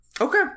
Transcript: okay